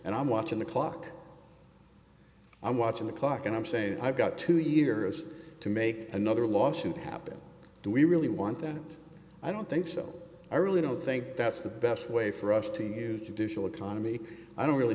and i'm watching the clock i'm watching the clock and i'm saying i've got two years to make another lawsuit happen do we really want that i don't think so i really don't think that's the best way for us to huge additional autonomy i don't really